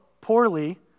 poorly